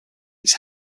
its